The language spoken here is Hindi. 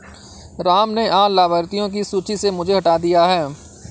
राम ने आज लाभार्थियों की सूची से मुझे हटा दिया है